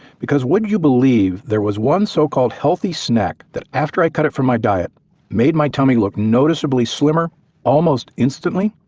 because would you believe there was one so-called healthy snack that after i cut it from my diet made my tummy look noticeably slimmer almost instantly.